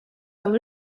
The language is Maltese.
dawn